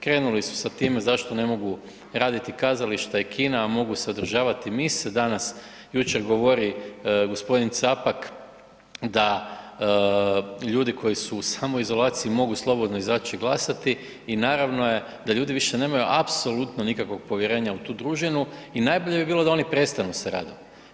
Krenuli su sa time zašto ne mogu raditi kazališta i kina a mogu se održavati mise danas, jučer govori g. Capak da ljudi koji su u samoizolaciji mogu slobodno izaći glasati i naravno je da ljudi više nemaju apsolutno nikakvog povjerenja u toj družinu i najbolje bi bilo da oni prestanu sa radom.